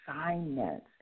assignments